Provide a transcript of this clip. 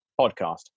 podcast